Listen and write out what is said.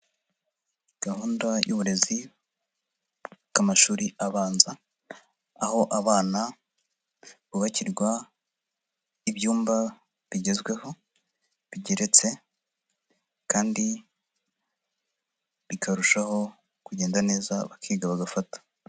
Gahunda y'uburezi bw'amashuri abanza, aho abana bubakirwa ibyumba bigezweho, bigeretse kandi bikarushaho kugenda neza, bakiga bagafata.